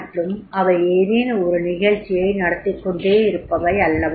மற்றும் அவை ஏதேனும் ஒரு நிகழ்ச்சியை நடத்திக்கொண்டே இருப்பவை அல்லவா